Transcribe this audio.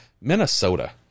Minnesota